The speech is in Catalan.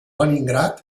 leningrad